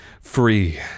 free